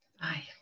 Bye